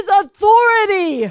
authority